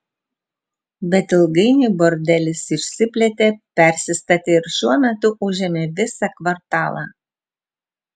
bet ilgainiui bordelis išsiplėtė persistatė ir šiuo metu užėmė visą kvartalą